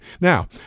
Now